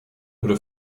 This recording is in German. wurde